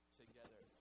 together